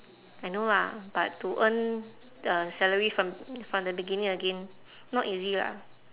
I know lah but to earn the salary from from the beginning again not easy lah